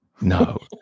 no